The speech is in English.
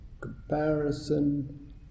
comparison